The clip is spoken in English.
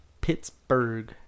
Pittsburgh